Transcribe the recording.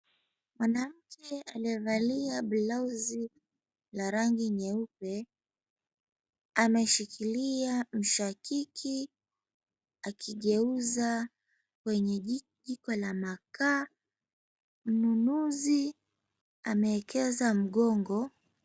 Mwanamke aliyevalia blauzi la rangi nyeupe ameshikilia mshakiki akigeuza kwenye jiko la makaa, mnunuzi ameekeza mgongo.